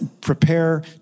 prepare